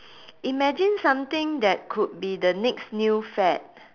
imagine something that could be the next new fad